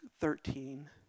thirteen